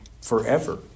forever